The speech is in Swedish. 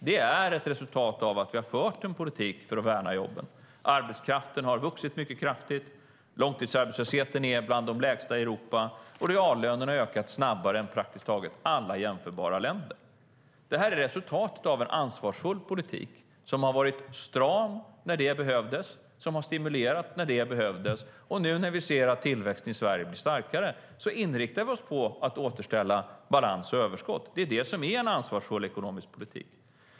Det är ett resultat av att vi har fört en politik för att värna jobben. Arbetskraften har vuxit mycket kraftigt. Långtidsarbetslösheten är bland de lägsta i Europa. Reallönerna har ökat snabbare än i praktiskt taget alla jämförbara länder. Detta är resultatet av en ansvarsfull politik, som har varit stram när det behövts och som har stimulerat när det behövts. Och när vi nu ser att tillväxten i Sverige blir starkare inriktar vi oss på att återställa balans och överskott. Det är det som är en ansvarsfull ekonomisk politik.